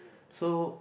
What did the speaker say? so